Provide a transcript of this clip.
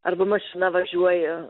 arba mašina važiuoja